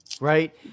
right